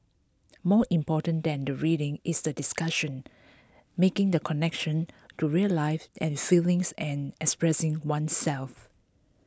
more important than the reading is the discussion making the connections to real life and feelings and expressing oneself